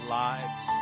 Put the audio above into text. lives